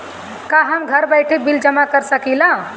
का हम घर बइठे बिल जमा कर शकिला?